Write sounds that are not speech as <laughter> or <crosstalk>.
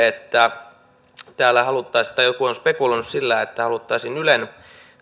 <unintelligible> että kun joku on spekuloinut sillä että haluttaisiin ylen